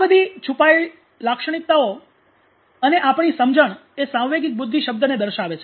આ બધી છુપાયેલ લાક્ષણિકતાઓ અને આપણી સમજણ એ 'સાંવેગિક બુદ્ધિ' શબ્દને દર્શાવે છે